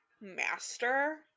master